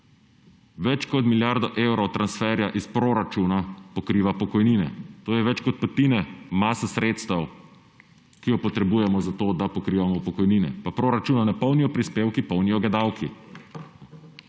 Več kot milijarda evrov transferja iz proračuna pokriva pokojnine, to je več kot petina mase sredstev, ki jo potrebujemo za to, da pokrivamo pokojnine, pa proračuna ne polnijo prispevki, polnijo ga davki.